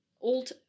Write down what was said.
old